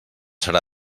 serà